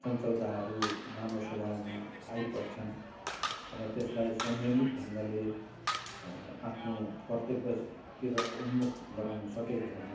चञ्चलताहरू मानव स्वभावमा आइपर्छन् र त्यसलाई संयमित ढङ्गले आफ्नो कर्तव्यतिर उन्मुख गराउन सकेको खण्डमा